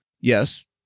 Yes